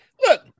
Look